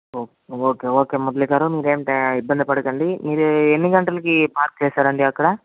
ఓ okay okay Murali గారు మీరేమి టె ఇబ్బంది పడకండి మీరే ఎన్ని గంటలకి పార్క్ చేశారండి అక్కడ